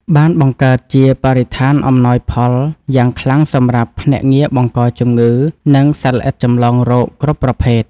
បានបង្កើតជាបរិស្ថានអំណោយផលយ៉ាងខ្លាំងសម្រាប់ភ្នាក់ងារបង្កជំងឺ និងសត្វល្អិតចម្លងរោគគ្រប់ប្រភេទ។